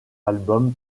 album